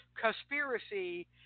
conspiracy